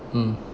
mm